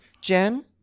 Jen